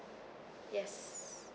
yes